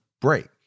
break